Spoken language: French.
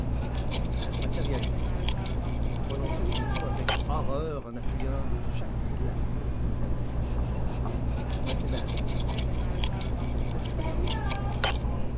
matérialisme prononcer ce mot avec horreur en appuyant chaque syllabe mathématiques dessèchent le coeur